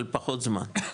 על פחות זמן,